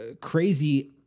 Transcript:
crazy